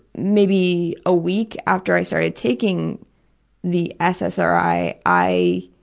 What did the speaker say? maybe a week after i started taking the ssri, i